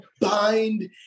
bind